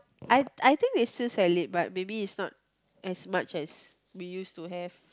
I I think they still sell it but is not as much as we used to have